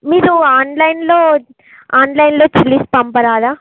మీతో ఆన్లైన్ లో ఆన్లైన్ లో చెల్లిస్తాం పంపరాదా